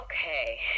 Okay